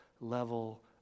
level